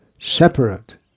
separate